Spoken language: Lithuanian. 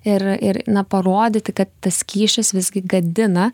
ir ir na parodyti kad tas kyšis visgi gadina